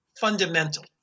fundamental